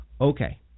Okay